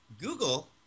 Google